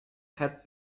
had